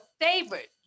favorite